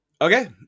Okay